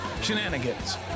Shenanigans